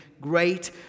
great